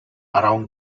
around